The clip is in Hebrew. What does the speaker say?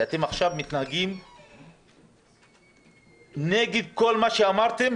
כי אתם עכשיו מתנהגים נגד כל מה שאמרתם